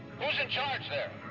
whose in charge there?